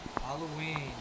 Halloween